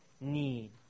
need